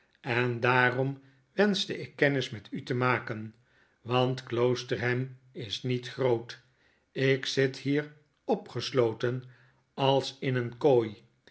en daarom wenschte ik kennis met u te maken want kloosterham is niet groot ik zit hier opgesloten als in een kooi